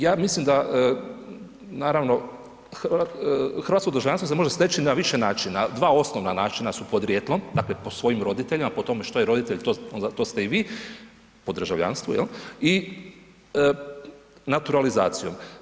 Ja mislim da, naravno, hrvatsko državljanstvo se može steći na više načina, dva osnovna načina su podrijetlo, dakle po svojim roditeljima, po tome što je roditelj onda to ste i vi po državljanstvu jel i naturalizacijom.